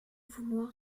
vouloir